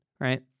right